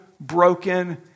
broken